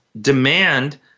demand